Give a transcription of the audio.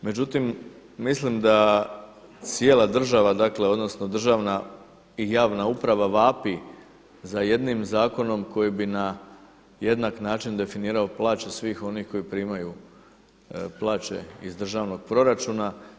Međutim, mislim da cijela država dakle odnosno državna i javna uprava vapi za jednim zakonom koji bi na jednak način definirao plaće svih onih koji primaju plaće iz državnog proračuna.